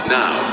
now